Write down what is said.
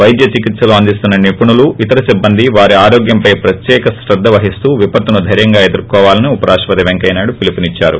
పైద్య చికిత్సలు అందిస్తున్న నిపుణులు ఇతర సిబ్బంది వారి ఆరోగ్యంపై ప్రత్యేక కేద్ద వహిస్తూ విపత్తును దైర్యంగా ఎదుర్కోవాలని ఉపరాష్టపతి పెంకయ్యనాయుడు పిలుపునిద్చారు